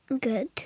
Good